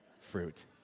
fruit